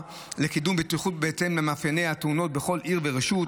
לקידום בטיחות בהתאם למאפייני התאונות בכל עיר ורשות.